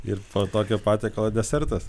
ir to tokio patiekalo desertas